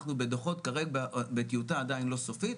אנחנו בדו"חות בטיוטה עדיין לא סופית,